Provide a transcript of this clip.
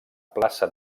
plaça